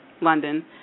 London